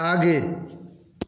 आगे